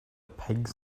pigs